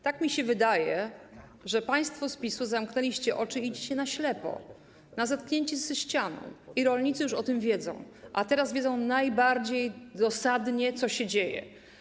Tak mi się wydaje, że państwo z PiS zamknęliście oczy i idziecie na ślepo, na zderzenie się ze ścianą i rolnicy już o tym wiedzą, a teraz widzą najbardziej wyraźnie, co się dzieje.